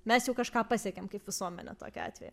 mes jau kažką pasiekėm kaip visuomenė tokiu atveju